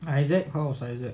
isaac house isaac